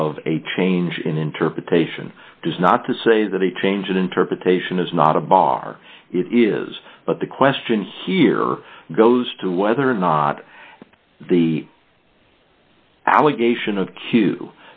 of a change in interpretation does not to say that a change in interpretation is not a bar is but the question here goes to whether or not the allegation of q